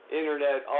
internet